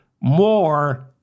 more